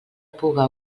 puga